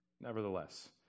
Nevertheless